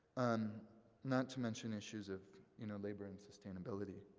um not to mention issues of you know labor and sustainability.